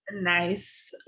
nice